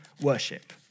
worship